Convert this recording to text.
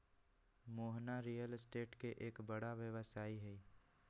Mohana real estate के एक बड़ा व्यवसायी हई